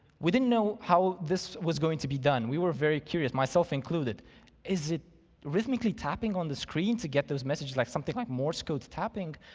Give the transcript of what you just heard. we didn't know how this was going to be done, we were very curious, myself included is it rhythmically tapping on the screen to get the message, like something like morse code tapping?